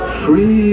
free